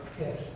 Yes